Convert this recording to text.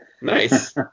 Nice